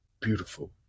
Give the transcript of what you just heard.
beautiful